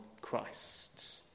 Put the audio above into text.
Christ